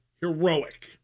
heroic